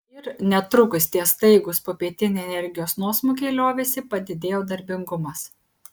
ir netrukus tie staigūs popietiniai energijos nuosmukiai liovėsi padidėjo darbingumas